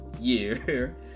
year